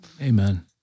amen